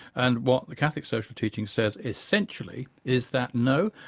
and what the catholic social teaching says essentially is that, no,